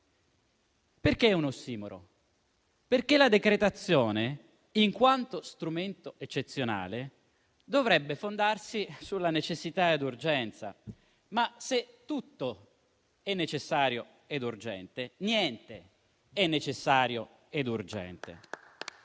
tutto; è un ossimoro perché la decretazione, in quanto strumento eccezionale, dovrebbe fondarsi sulla necessità ed urgenza, ma se tutto è necessario ed urgente, niente è necessario ed urgente.